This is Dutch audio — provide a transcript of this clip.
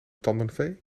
tandenfee